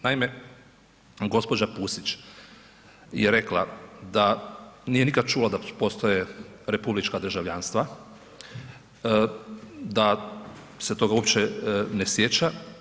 Naime, gđa. Pusić je rekla da nije nikad čula da postoje republička državljanstva, da se toga uopće ne sjeća.